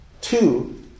two